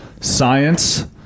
Science